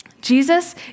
Jesus